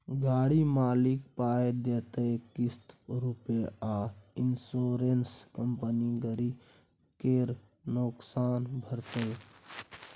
गाड़ी मालिक पाइ देतै किस्त रुपे आ इंश्योरेंस कंपनी गरी केर नोकसान भरतै